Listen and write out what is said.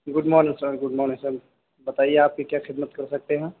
good morning sir good morning sir بتائیے آپ کی کیا خدمت کر سکتے ہیں